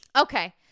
okay